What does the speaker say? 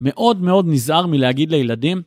מאוד מאוד נזהר מלהגיד לילדים